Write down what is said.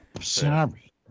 Sorry